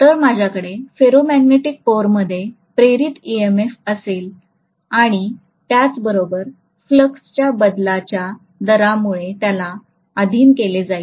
तर माझ्याकडे फेरोमॅग्नेटिक कोरमध्ये प्रेरित EMF असेल आणि त्याचबरोबर फ्लक्सच्या बदलाच्या दरामुळे त्याला अधीन केले जाईल